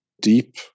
deep